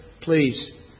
please